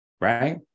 right